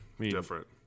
Different